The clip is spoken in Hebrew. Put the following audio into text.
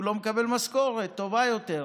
ואז הוא לא מקבל משכורת טובה יותר.